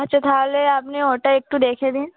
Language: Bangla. আচ্ছা তাহলে আপনি ওটাই একটু দেখে দিন